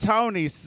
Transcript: Tony